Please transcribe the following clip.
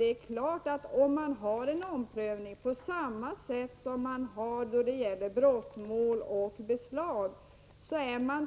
Vad jag menar är att om man hade en omprövning på samma sätt som när det gäller brottmål och beslag, skulle man